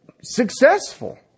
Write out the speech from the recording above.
successful